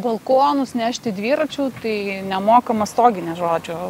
balkonus nešti dviračių tai nemokamą stoginę žodžiu